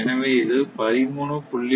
எனவே இது 13